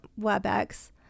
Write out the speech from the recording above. WebEx